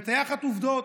מטייחת עובדות.